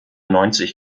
neunzig